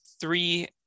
three